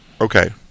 Okay